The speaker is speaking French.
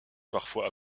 parfois